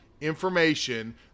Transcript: information